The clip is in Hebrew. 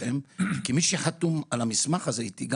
ארגון המעסיקים חתום על המסמך הזה איתנו,